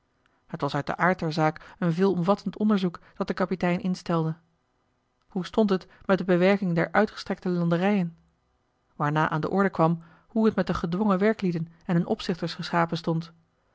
het was uit den aard der zaak een veelomvattend onderzoek dat de kapitein instelde hoe stond het met de bewerking der uitgestrekte landerijen waarna aan de orde kwam hoe het met de gedwongen werklieden en hun opzichters geschapen stond